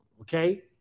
okay